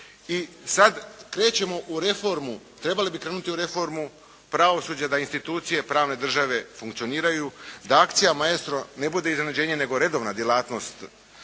i sada krećemo u reformu, trebali bi krenuti u reformu pravosuđa da institucije pravne države funkcioniraju, da akcija "Maeostro" ne bude iznenađenje nego redovna djelatnost